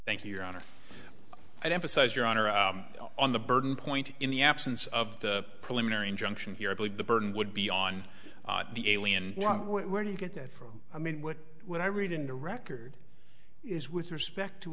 thank you your honor i emphasize your honor on the burden point in the absence of the preliminary injunction here i believe the burden would be on the alien where do you get that from i mean what i read in the record is with respect to